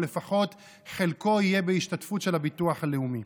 או לפחות חלקו יהיה בהשתתפות של הביטוח הלאומי.